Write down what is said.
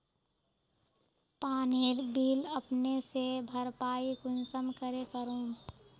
पानीर बिल अपने से भरपाई कुंसम करे करूम?